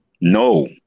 No